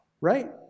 right